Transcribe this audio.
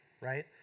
right